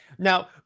Now